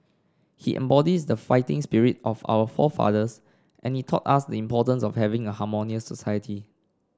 he embodies the fighting spirit of our forefathers and he taught us the importance of having a harmonious society